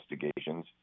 investigations